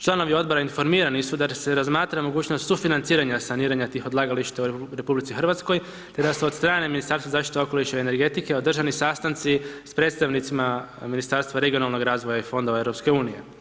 Članovi Odbori informirani su da se razmatra mogućnost sufinanciranja saniranja tih odlagališta u RH, te da su od strane Ministarstva zaštite okoliša i energetike održani sastanci s predstavnicima Ministarstva regionalnog razvoja i Fondova EU.